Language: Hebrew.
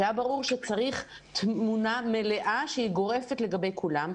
שהיה ברור שצריך תמונה מלאה שהיא גורפת לגבי כולם.